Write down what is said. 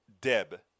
Deb